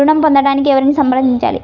ఋణం పొందటానికి ఎవరిని సంప్రదించాలి?